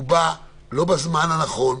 אבל הוא בא לא בזמן הנכון.